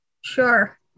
sure